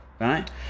Right